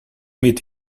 meet